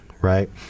Right